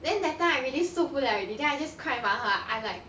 then that time I really 受不了 already then I just cried my heart I like